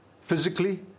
physically